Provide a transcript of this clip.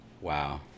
Wow